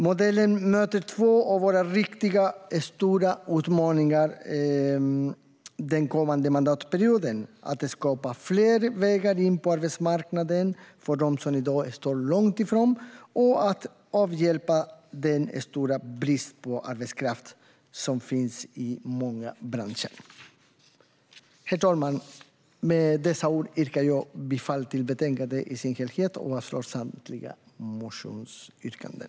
Modellen möter två av våra riktigt stora utmaningar under den kommande mandatperioden, nämligen att skapa fler vägar in på arbetsmarknaden för dem som i dag står långt ifrån och att avhjälpa den stora brist på arbetskraft som finns i många branscher. Herr talman! Med dessa ord yrkar jag bifall till förslaget i betänkandet i dess helhet, och jag yrkar avslag på samtliga motionsyrkanden.